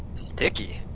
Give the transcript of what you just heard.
sticky,